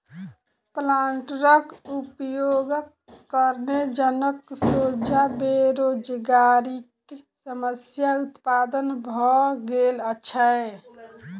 प्लांटरक उपयोगक कारणेँ जनक सोझा बेरोजगारीक समस्या उत्पन्न भ गेल छै